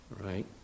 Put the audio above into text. Right